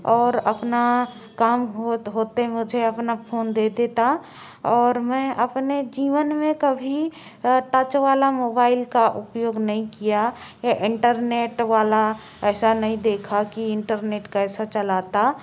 और अपना काम हो तो होते मुझे अपना फोन दे देता और मैं अपने जीवन में कभी टच वाला मोबाइल का उपयोग नहीं किया ये इंटरनेट वाला ऐसा नहीं देखा कि इंटरनेट कैसा चलाता